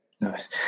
Nice